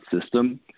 system